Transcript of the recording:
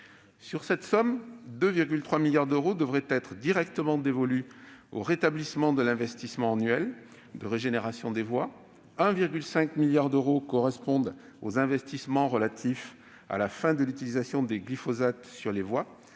Sur cette somme, 2,3 milliards d'euros devraient être directement dévolus au rétablissement de l'investissement annuel de régénération des voies, 1,5 milliard d'euros correspondent aux investissements relatifs à la fin de l'utilisation du glyphosate sur les voies,